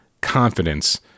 confidence